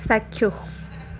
চাক্ষুষ